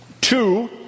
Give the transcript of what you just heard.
Two